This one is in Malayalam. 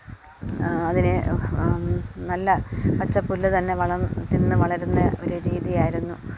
അതിന് നല്ല പച്ചപ്പുല്ല് തന്നെ വളം തിന്ന് വളരുന്ന ഒരു രീതിയായിരുന്നു